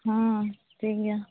ᱦᱮᱸ ᱴᱷᱤᱠᱜᱮᱭᱟ